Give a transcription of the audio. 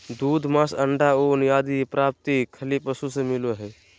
दूध, मांस, अण्डा, ऊन आदि के प्राप्ति खली पशु से मिलो हइ